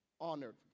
honored